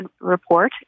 report